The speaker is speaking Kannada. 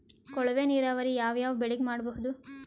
ಕೊಳವೆ ನೀರಾವರಿ ಯಾವ್ ಯಾವ್ ಬೆಳಿಗ ಮಾಡಬಹುದು?